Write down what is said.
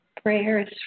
Prayers